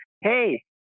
Hey